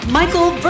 michael